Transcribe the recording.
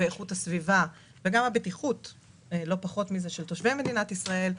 איכות הסביבה וגם הבטיחות של תושבי מדינת ישראל,